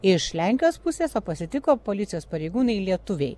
iš lenkijos pusės o pasitiko policijos pareigūnai lietuviai